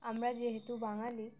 আমরা যেহেতু বাঙালি